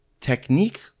technique